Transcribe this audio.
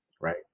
Right